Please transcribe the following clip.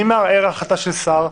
מי מערער על החלטה של שר?